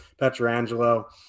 Petrangelo